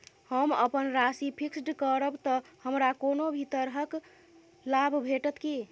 हम अप्पन राशि फिक्स्ड करब तऽ हमरा कोनो भी तरहक लाभ भेटत की?